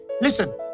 Listen